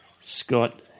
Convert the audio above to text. Scott